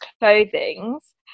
clothings